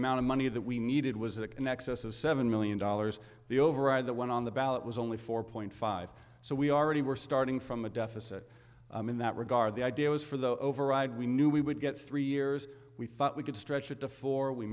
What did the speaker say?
amount of money that we needed was that an excess of seven million dollars the override that went on the ballot was only four point five so we already were starting from a deficit in that regard the idea was for the override we knew we would get three years we thought we could stretch it to four we